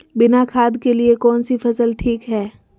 बिना खाद के लिए कौन सी फसल ठीक है?